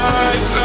eyes